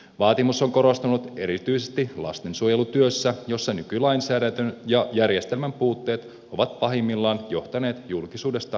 vaatimus on korostunut erityisesti lastensuojelutyössä jossa nykylainsäädäntö ja järjestelmän puutteet ovat pahimmillaan johtaneet julkisuudesta tunnettuihin tragedioihin